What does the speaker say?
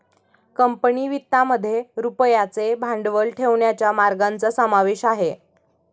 company वित्तामध्ये रुपयाचे भांडवल ठेवण्याच्या मार्गांचा समावेश आहे